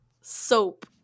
soap